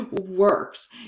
works